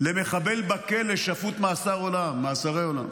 למחבל בכלא, שפוט על מאסרי עולם.